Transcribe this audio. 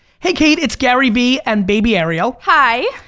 hey kate, it's gary vee and baby ariel. hi.